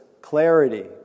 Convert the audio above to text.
clarity